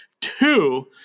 Two